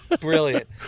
Brilliant